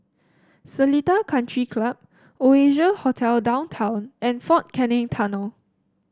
Seletar Country Club Oasia Hotel Downtown and Fort Canning Tunnel